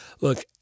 Look